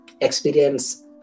experience